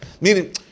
meaning